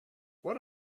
what